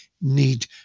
need